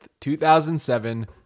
2007